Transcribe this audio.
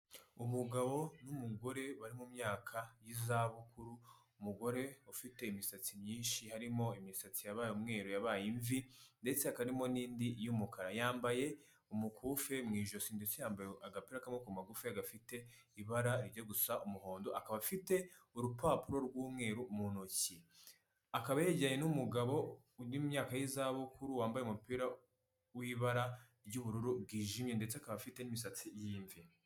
Umugabo n'umugore bari mu myaka y'izabukuru umugore ufite imisatsi myinshi harimo imisatsi yabaye umweru yabaye imvi ndetse ha akarimo n'indi y'umukara yambaye umukufi mu ijosi ndetse yambaye agapira k'amaboko magufi gafite ibara rye gusa umuhondo akaba afite urupapuro rw'umweru mu ntoki akaba yajyanye n'umugaboyaka y'izabukuru wambaye umupira w'ibara ry'ubururu bwijimye ndetse akaba afite n'imisatsi y'irimvi.